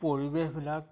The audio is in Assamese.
পৰিৱেশবিলাক